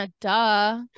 duh